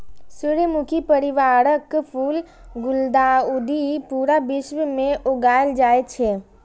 सूर्यमुखी परिवारक फूल गुलदाउदी पूरा विश्व मे उगायल जाए छै